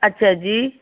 ਅੱਛਾ ਜੀ